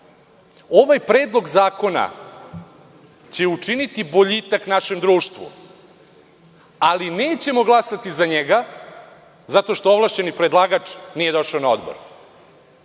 ovaj predlog zakona će učiniti boljitak u našem društvu, ali nećemo glasati za njega zato što ovlašćeni predlagač nije došao na odbor.